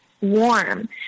warm